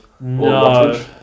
No